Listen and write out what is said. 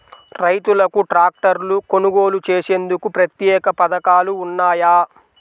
రైతులకు ట్రాక్టర్లు కొనుగోలు చేసేందుకు ప్రత్యేక పథకాలు ఉన్నాయా?